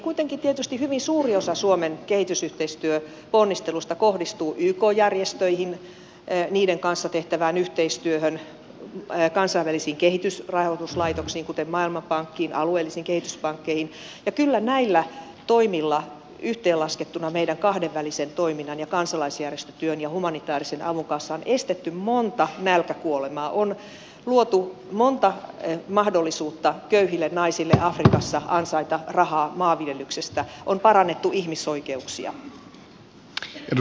kuitenkin tietysti hyvin suuri osa suomen kehitysyhteistyöponnisteluista kohdistuu yk järjestöihin niiden kanssa tehtävään yhteistyöhön kansainvälisiin kehitysrahoituslaitoksiin kuten maailmanpankkiin alueellisiin kehityspankkeihin ja kyllä näillä toimilla yhteenlaskettuna meidän kahdenvälisen toiminnan ja kansalaisjärjestötyön ja humanitaarisen avun kanssa on estetty monta nälkäkuolemaa on luotu monta mahdollisuutta köyhille naisille afrikassa ansaita rahaa maanviljelyksestä on parannettu ihmisoikeuksia